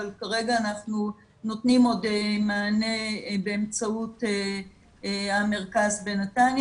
אבל כרגע אנחנו נותנים עוד מענה באמצעות המרכז בנתניה